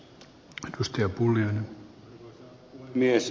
arvoisa puhemies